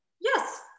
Yes